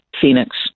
Phoenix